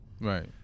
Right